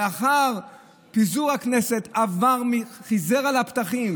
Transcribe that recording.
לאחר פיזור הכנסת עבר וחיזר על הפתחים